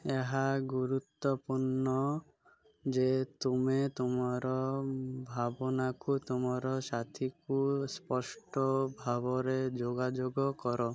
ଏହା ଗୁରୁତ୍ୱପୂର୍ଣ୍ଣ ଯେ ତୁମେ ତୁମର ଭାବନାକୁ ତୁମର ସାଥୀକୁ ସ୍ପଷ୍ଟ ଭାବରେ ଯୋଗାଯୋଗ କର